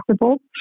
possible